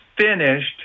finished